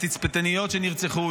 התצפיתניות שנרצחו,